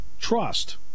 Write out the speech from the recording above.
trust